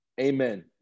Amen